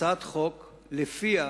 הצעת חוק שלפיה